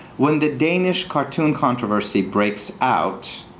when the danish cartoon controversy breaks out,